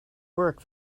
work